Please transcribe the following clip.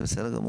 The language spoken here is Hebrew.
זה בסדר גמור.